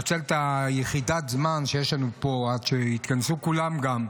לנצל את יחידת הזמן שיש לנו פה עד שיתכנסו כולם ולומר: